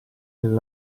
del